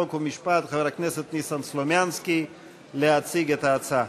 חוק ומשפט חבר הכנסת ניסן סלומינסקי להציג את ההצעה.